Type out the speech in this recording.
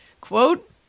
Quote